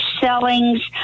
sellings